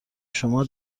شما